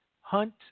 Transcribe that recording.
hunt